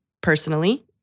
personally